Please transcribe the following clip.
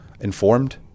informed